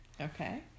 Okay